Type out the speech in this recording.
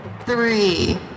three